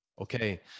okay